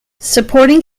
supporting